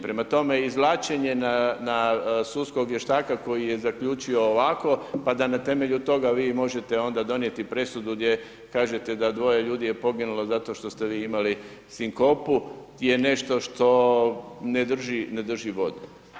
Prema tome, izvlačenje na sudskog vještaka, koji je zaključio ovako, pa da na temelju toga, vi možete onda donijeti presudu, gdje kažete da 2 ljudi je poginulo zato što ste vi imali sinkopu, je nešto što ne drži vodu.